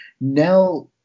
now